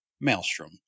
Maelstrom